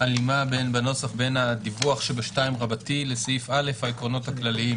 הלימה בנוסח בין הנוסח ב-2 לסעיף א העקרונות הכלליים.